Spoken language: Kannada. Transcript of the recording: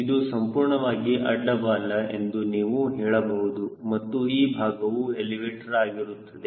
ಇದು ಸಂಪೂರ್ಣವಾಗಿ ಅಡ್ಡ ಬಾಲ ಎಂದು ನೀವು ಹೇಳಬಹುದು ಮತ್ತು ಈ ಭಾಗವು ಎಲಿವೇಟರ್ ಆಗಿರುತ್ತದೆ